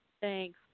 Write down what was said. Thanks